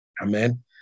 Amen